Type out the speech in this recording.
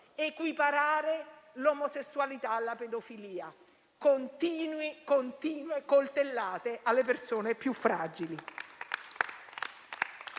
equiparare l'omosessualità alla pedofilia: continue coltellate alle persone più fragili.